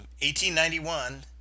1891